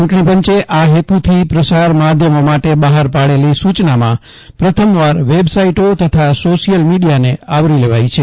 ચૂંટણી પંચે આ હેતુથી પ્રસાર માધ્યમો માટે બહાર પાડેલી સૂચનામાં પ્રથમવાર વેબસાઇટો તથા સોશિયલ મિડીયાને આવરી લેવાઇ છે